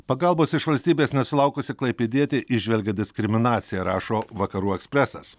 pagalbos iš valstybės nesulaukusi klaipėdietė įžvelgia diskriminaciją rašo vakarų ekspresas